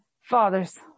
Fathers